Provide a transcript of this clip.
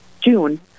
June